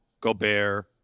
Gobert